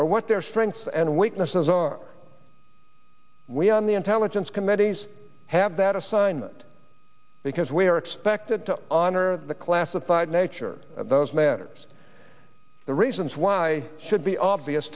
or what their strengths and weaknesses are we on the intelligence committees have that assignment because we are expected to honor the classified nature of those matters the reasons why should be obvious